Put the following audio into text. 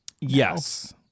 Yes